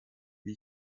wie